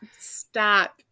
stop